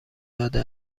داده